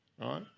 Right